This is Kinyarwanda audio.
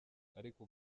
ariko